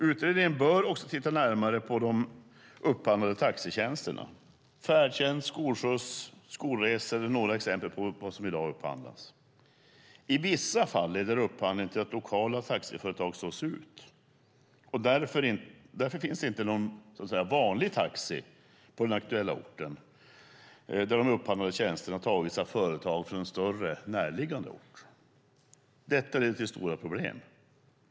Utredningen bör också titta närmare på de upphandlade taxitjänsterna. Färdtjänst, skolskjuts och sjukresor är exempel på vad som i dag upphandlas. I vissa fall leder upphandlingen till att lokala taxiföretag slås ut, och därför finns inte någon "vanlig" taxi på den aktuella orten när de upphandlade tjänsterna har lagts ut på företag från en större närliggande ort. Allt detta leder till stora problem.